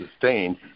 sustained